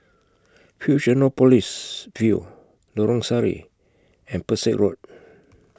Fusionopolis View Lorong Sari and Pesek Road